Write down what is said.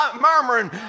murmuring